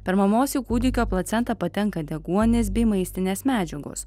per mamos jau kūdikio placentą patenka deguonies bei maistinės medžiagos